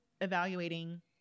evaluating